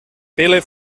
pele